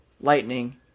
Lightning